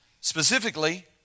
Specifically